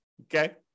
okay